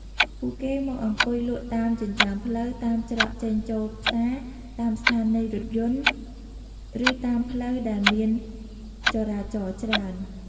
ពួកគេមកអង្គុយលក់តាមចិញ្ចើមផ្លូវ តាមច្រកចេញចូលផ្សារ តាមស្ថានីយរថយន្ត ឬតាមផ្លូវដែលមានចរាចរច្រើន។